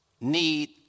need